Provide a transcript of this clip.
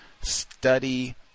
study